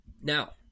Now